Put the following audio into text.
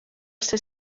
ser